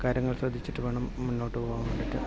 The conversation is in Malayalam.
കാര്യങ്ങൾ ശ്രദ്ധിച്ചിട്ട് വേണം മുന്നോട്ടു പോകാൻ വേണ്ടിയിട്ട്